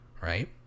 right